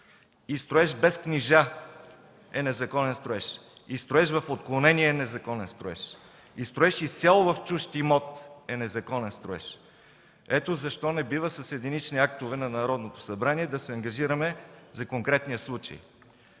И строеж без книжа е незаконен строеж, и строеж в отклонение е незаконен строеж, и строеж изцяло в чужд имот е незаконен строеж. Ето защо не бива с единични актове на Народното събрание да се ангажираме за конкретния случай.